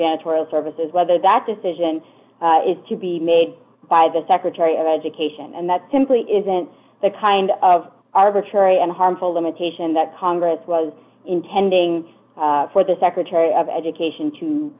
general services whether that decision is to be made by the secretary of education and that simply isn't the kind of arbitrary and harmful limitation that congress was intending for the secretary of education to